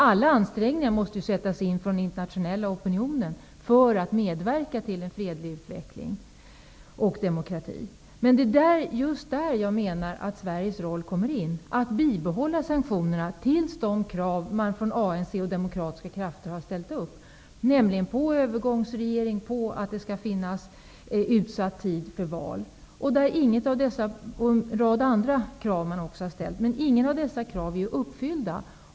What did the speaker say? Alla ansträngningar måste sättas in från den internationella opinionen för att medverka till en fredlig utveckling och demokrati. Men det är just där som jag menar att Sveriges roll kommer in, att bibehålla sanktionerna tills de krav uppfyllts som man från ANC och demokratiska krafter har ställt upp, nämligen på en övergångsregering, på att det skall finnas en utsatt tid för val och en rad andra krav. Men inget av dessa krav är ju uppfyllda.